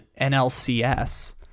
NLCS